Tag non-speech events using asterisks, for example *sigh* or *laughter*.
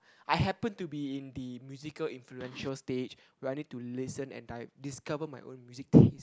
I happen to be in the musical influential stage where I need to listen and like discover my own music taste *breath*